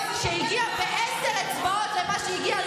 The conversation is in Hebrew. שהגיעה בעשר אצבעות למה שהיא הגיעה,